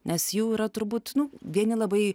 nes jų yra turbūt nu vieni labai